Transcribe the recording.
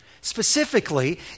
Specifically